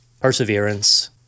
perseverance